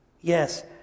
Yes